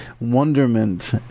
wonderment